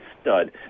stud